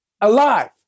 alive